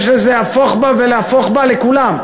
יש בזה הפוך בה והפוך בה לכולם.